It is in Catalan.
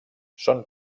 són